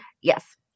Yes